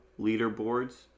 leaderboards